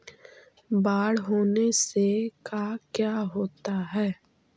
बाढ़ होने से का क्या होता है?